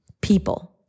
people